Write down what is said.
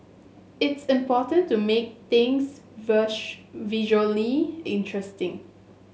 it's important to make things visually interesting